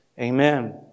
Amen